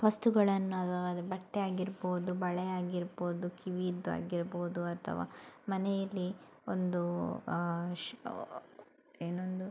ವಸ್ತುಗಳನ್ನು ಅದು ಬಟ್ಟೆ ಆಗಿರ್ಬೋದು ಬಳೆ ಆಗಿರ್ಬೋದು ಕಿವಿದು ಆಗಿರ್ಬೋದು ಅಥವಾ ಮನೆಯಲ್ಲಿ ಒಂದು ಶ್ ಏನೊಂದು